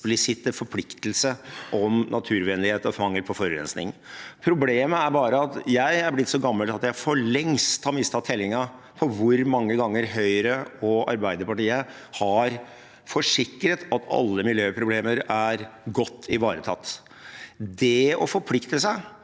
forpliktelse om naturvennlighet og mangel på forurensning. Jeg er blitt så gammel at jeg for lengst har mistet tellingen på hvor mange ganger Høyre og Arbeiderpartiet har forsikret om at alle miljøproblemer er godt ivaretatt. Det å forplikte seg